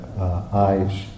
eyes